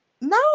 No